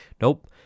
nope